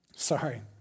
Sorry